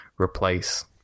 replace